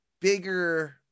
bigger